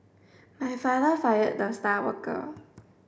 my father fired the star worker